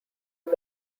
his